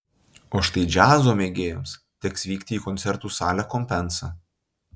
o štai džiazo mėgėjams teks vykti į koncertų salę compensa